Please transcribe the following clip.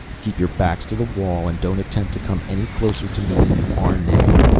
keep your backs to the wall and don't attempt to come any closer to me than you are now.